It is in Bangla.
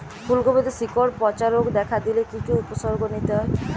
ফুলকপিতে শিকড় পচা রোগ দেখা দিলে কি কি উপসর্গ নিতে হয়?